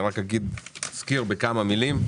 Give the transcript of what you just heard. רק אזכיר בכמה מילים.